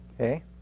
Okay